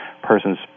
person's